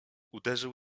uderzył